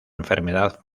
enfermedad